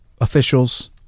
officials